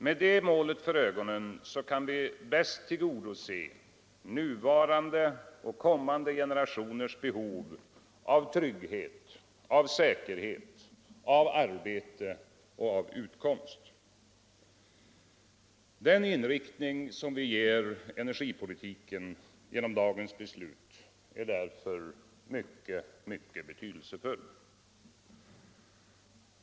Med det målet för ögonen kan vi bäst tillgodose nuvarande och kommande generationers behov av trygghet och säkerhet, av arbete och utkomst. Den inriktning vi ger energipolitiken genom dagens beslut är därför mycket, mycket betydelsefull.